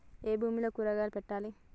ఏ భూమిలో కూరగాయలు పెట్టాలి?